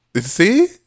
See